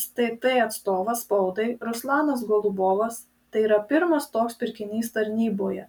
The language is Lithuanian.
stt atstovas spaudai ruslanas golubovas tai yra pirmas toks pirkinys tarnyboje